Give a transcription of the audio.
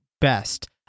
best